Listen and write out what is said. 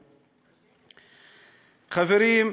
חברים,